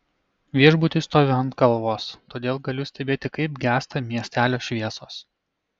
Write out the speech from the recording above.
viešbutis stovi ant kalvos todėl galiu stebėti kaip gęsta miestelio šviesos